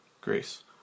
Grace